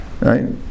right